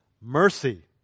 Mercy